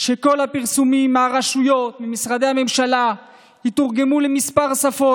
שכל הפרסומים מהרשויות וממשרדי הממשלה יתורגמו לכמה שפות,